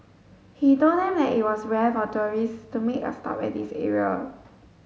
he told them that it was rare for tourists to make a stop at this area